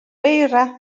eira